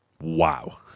wow